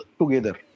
together